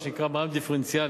מה שנקרא מע"מ דיפרנציאלי.